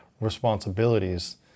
responsibilities